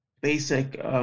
basic